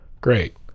Great